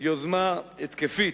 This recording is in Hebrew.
יוזמה התקפית,